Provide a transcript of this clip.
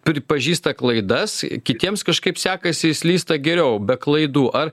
pripažįsta klaidas kitiems kažkaip sekasi i slysta geriau be klaidų ar